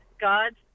God's